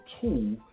tool